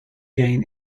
gain